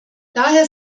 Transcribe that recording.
daher